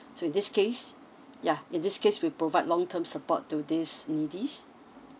so in this case yeah in this case we provide long term support to these needies